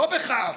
לא בכ"ף,